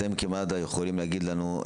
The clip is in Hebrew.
אתם כמד"א יכולים להגיד לנו,